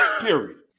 Period